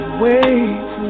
wait